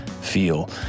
feel